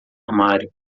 armário